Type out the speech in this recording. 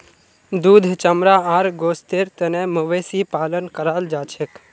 दूध चमड़ा आर गोस्तेर तने मवेशी पालन कराल जाछेक